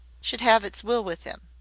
should have its will with him.